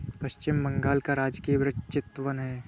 पश्चिम बंगाल का राजकीय वृक्ष चितवन है